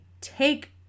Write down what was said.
take